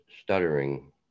stuttering